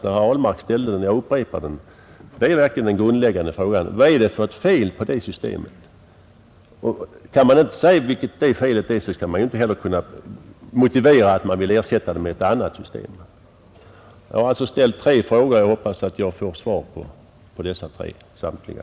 Herr Ahlmark ställde den och jag har upprepat den. Kan man inte tala om vad det är för fel på det systemet så kan man inte heller motivera varför det skall ersättas med ett annat. Jag har alltså ställt tre frågor och jag hoppas att jag får svar på samtliga.